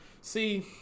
see